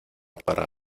para